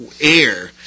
air